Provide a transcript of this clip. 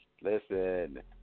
listen